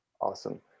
awesome